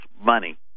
money